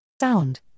Sound